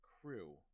crew